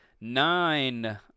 nine